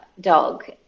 dog